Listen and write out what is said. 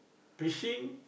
fishing